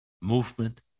movement